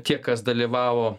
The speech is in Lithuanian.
tie kas dalyvavo